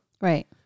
Right